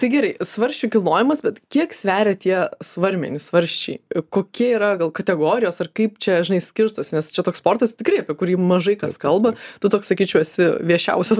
tai gerai svarsčių kilnojimas bet kiek sveria tie svarmenys svarsčiai kokie yra gal kategorijos ar kaip čia žinai skirstosi nes čia toks sportas tikrai apie kurį mažai kas kalba tu toks sakyčiau esi viešiausias